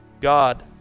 God